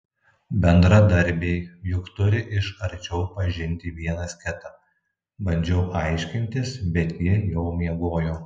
bendradarbiai juk turi iš arčiau pažinti vienas kitą bandžiau aiškintis bet ji jau miegojo